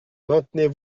maintenez